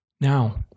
Now